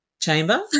chamber